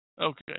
Okay